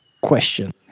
question